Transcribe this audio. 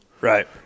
right